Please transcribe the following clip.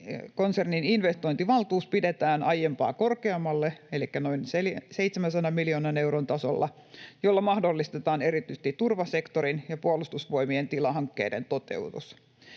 Senaatti-konsernin investointivaltuus pidetään aiempaa korkeammalla elikkä noin 700 miljoonan euron tasolla, jolla mahdollistetaan erityisesti turvasektorin ja Puolustusvoimien tilahankkeiden toteutus.